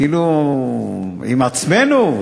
כאילו עם עצמנו.